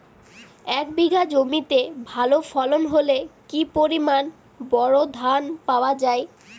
এক বিঘা জমিতে ভালো ফলন হলে কি পরিমাণ বোরো ধান পাওয়া যায়?